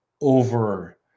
over